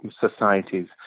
societies